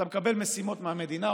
אתה מקבל משימות מהמדינה.